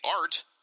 art